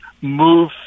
move